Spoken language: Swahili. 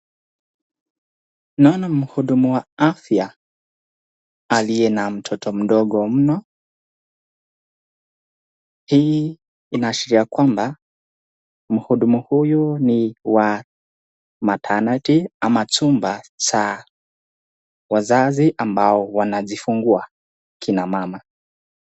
Naona mhudumu wa afya aliye na mtoto mdogo mno. Hii inaashiria kwamba mhudumu huyu ni wa maternity ama chumba cha wazazi ambao wanajifungua, kina mama.